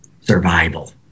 survival